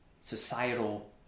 societal